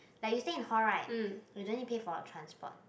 like you stay in hall right you don't need pay for the transport